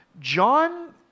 John